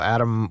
Adam